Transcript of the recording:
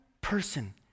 person